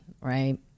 right